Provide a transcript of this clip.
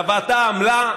והוועדה עמלה,